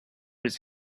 his